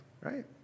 right